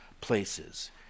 places